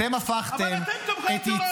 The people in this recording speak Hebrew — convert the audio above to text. אתם הפכתם את ייצוג --- אבל אתם תומכי טרור,